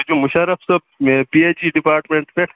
تُہۍ چھِوٕ مُشرف صٲب پی ایچ اِی ڈپارمٮ۪نٛٹ پٮ۪ٹھ